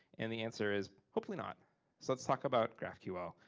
and the answer is hopefully not. so let's talk about graphql.